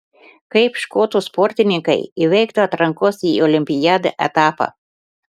kaip škotų sportininkai įveiktų atrankos į olimpiadą etapą